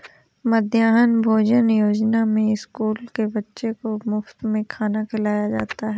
मध्याह्न भोजन योजना में स्कूल के बच्चों को मुफत में खाना खिलाया जाता है